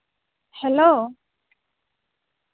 hello